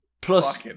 plus